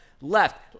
left